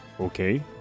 okay